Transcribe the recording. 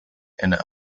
and